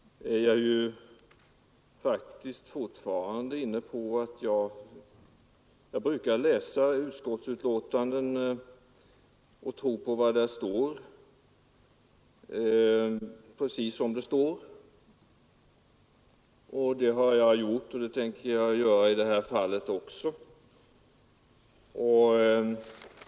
Jag brukar faktiskt tro på vad som står i utskottsbetänkanden — precis så som det år och att det är vad man menar. Det har jag gjort i det här fallet också.